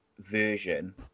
version